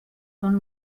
són